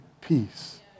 peace